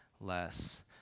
less